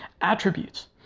attributes